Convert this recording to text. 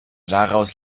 daraus